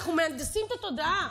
אנחנו מהנדסים את התודעה.